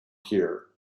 here